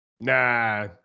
Nah